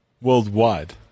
Worldwide